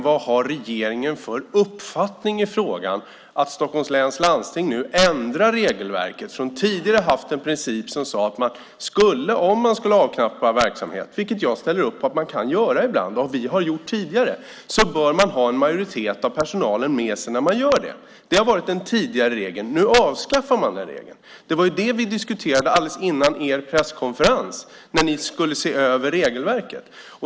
Vad har regeringen för uppfattning i frågan att Stockholms läns landsting ändrar regelverket? Tidigare har det funnits en princip som har sagt att vid avknoppning av verksamhet - vilket jag ställer upp på att man kan göra ibland, och vi har gjort tidigare - bör en majoritet av personalen vara med. Det har varit den tidigare regeln. Nu avskaffas den regeln. Det var det som diskuterades alldeles innan er presskonferens när ni sade att ni skulle se över regelverket.